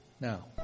Now